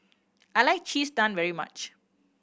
I like Cheese Naan very much